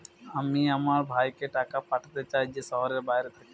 আমি আমার ভাইকে টাকা পাঠাতে চাই যে শহরের বাইরে থাকে